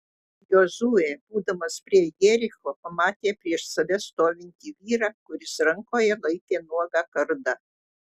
jozuė būdamas prie jericho pamatė prieš save stovintį vyrą kuris rankoje laikė nuogą kardą